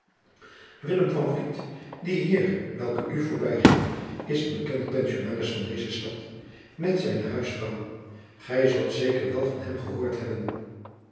die heer welke u voorbijging is de bekende pensionaris van deze stad met zijne huisvrouw gij zult zeker wel van hem gehoord hebben